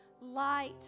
light